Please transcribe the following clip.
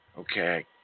Okay